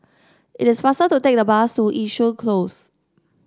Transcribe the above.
it is faster to take the bus to Yishun Close